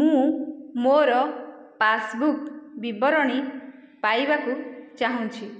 ମୁଁ ମୋର ପାସ୍ବୁକ୍ ବିବରଣୀ ପାଇବାକୁ ଚାହୁଁଛି